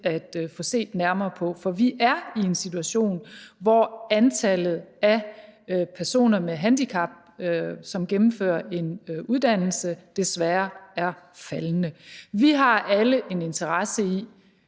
at få set nærmere på, for vi er i en situation, hvor antallet af personer med handicap, som gennemfører en uddannelse, desværre er faldende. Vi har alle en interesse i